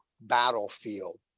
battlefield